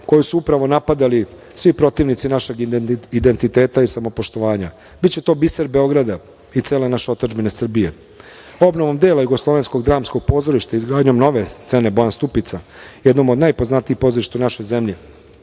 koju su upravo napadali svi protivnici našeg identiteta i samopoštovanja. Biće to biser Beograda i cele naše otadžbine Srbije. Obnovom dela Jugoslovensko dramskog pozorišta i izgradnjom nove scene Bojan Stupica, jednom od najpoznatijih pozorišta u našoj zemlji,